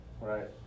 right